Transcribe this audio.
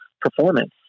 performance